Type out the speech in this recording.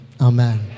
Amen